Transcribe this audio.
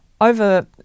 over